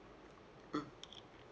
mm